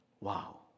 Wow